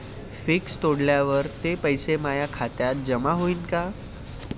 Fix तोडल्यावर ते पैसे माया खात्यात जमा होईनं का?